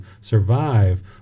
survive